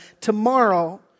tomorrow